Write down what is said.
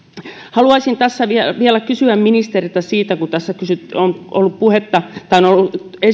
haluaisin vielä vielä kysyä ministeriltä siitä kun on tullut esille tämä tapaus missä